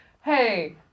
Hey